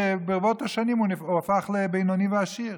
שברבות השנים הוא הפך לבינוני ועשיר.